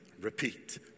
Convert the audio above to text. repeat